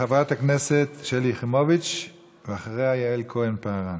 חברת הכנסת שלי יחימוביץ, ואחריה, יעל כהן-פארן.